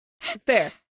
Fair